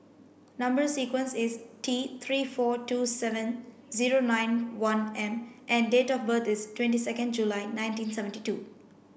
number sequence is T three four two seven zero nine one M and date of birth is twenty second July nineteen seventy two